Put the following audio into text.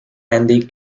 andy